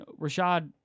Rashad